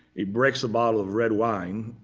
he breaks a bottle of red wine,